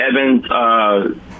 Evans